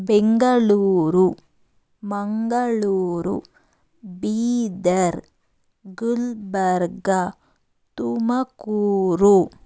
Bengaluru Mangaluru Bidar Gulbarga Tumakuru